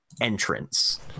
Entrance